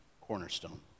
cornerstone